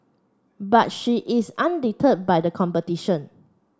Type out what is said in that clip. but she is undeterred by the competition